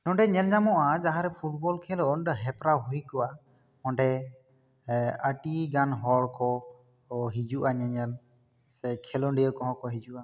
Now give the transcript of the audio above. ᱱᱚᱰᱮ ᱧᱮᱞ ᱧᱟᱢᱚᱜᱼᱟ ᱢᱟᱦᱟᱸ ᱨᱮ ᱯᱷᱩᱴᱵᱚᱞ ᱠᱷᱮᱞᱳᱰ ᱦᱮᱯᱨᱟᱣ ᱦᱩᱭ ᱠᱚᱜᱼᱟ ᱚᱸᱰᱮ ᱟᱹᱰᱤ ᱜᱟᱱ ᱦᱚᱲ ᱠᱚ ᱚ ᱦᱤᱡᱩᱜᱼᱟ ᱧᱮᱧᱮᱞ ᱥᱮ ᱠᱷᱮᱞᱳᱰᱤᱭᱟᱹ ᱠᱚᱦᱚᱸ ᱠᱚ ᱦᱤᱡᱩᱜᱼᱟ